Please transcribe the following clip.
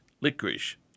licorice